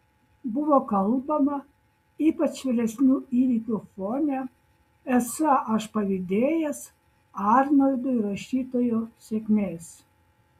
buvo kalbama ypač vėlesnių įvykių fone esą aš pavydėjęs arnoldui rašytojo sėkmės